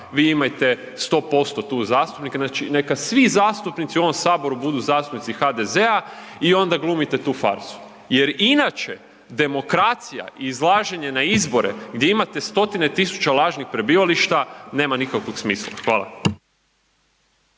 vi imajte 100% tu zastupnike, znači neka svi zastupnici u ovom saboru budu zastupnici HDZ-a i onda glumite tu farsu. Jer inače demokracija i izlaženje na izbore gdje imate 100-tine tisuća lažnih prebivališta nema nikakvog smisla. Hvala.